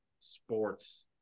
Sports